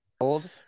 old